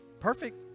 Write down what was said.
Perfect